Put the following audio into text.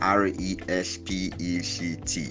r-e-s-p-e-c-t